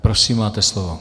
Prosím máte slovo.